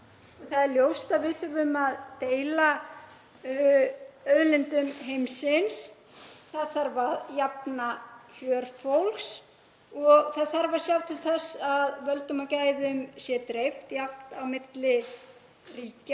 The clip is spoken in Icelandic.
Það er ljóst að við þurfum að deila auðlindum heimsins, það þarf að jafna kjör fólks og það þarf að sjá til þess að völdum og gæðum sé dreift jafnt á milli ríkja